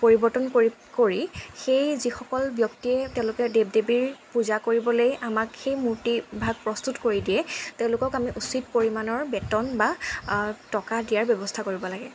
পৰিৱৰ্তন কৰি কৰি সেই যিসকল ব্যক্তিয়ে তেওঁলোকে দেৱ দেৱীৰ পূজা কৰিবলৈ আমাক সেই মূৰ্তিভাগ প্ৰস্তুত কৰি দিয়ে তেওঁলোকক আমি উচিত পৰিমাণৰ বেতন বা টকা দিয়াৰ ব্যৱস্থা কৰিব লাগে